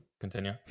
continue